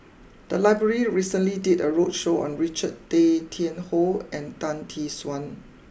the library recently did a roadshow on Richard Tay Tian Hoe and Tan Tee Suan